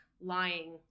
lying